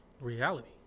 reality